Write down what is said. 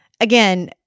Again